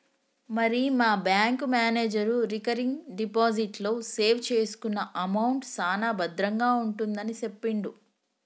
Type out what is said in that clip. మరి మా bank manager recurring deposit లో సేవ్ చేసుకున్న అమౌంట్ సాన భద్రంగా ఉంటుందని సెప్పిండు